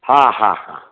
হ্যাঁ হ্যাঁ হ্যাঁ